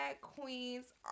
queens